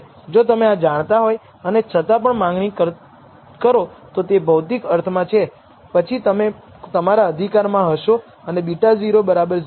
જો તમે આ જાણતા હોય અને છતાં પણ માંગણી કરો તો તે ભૌતિક અર્થમાં છે પછી તમે તમારા અધિકાર માં હશો અને β0 0 ને દબાણ કરશો